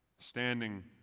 standing